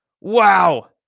Wow